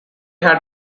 had